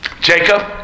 Jacob